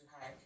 high